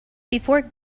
before